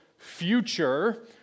future